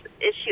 issues